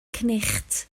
cnicht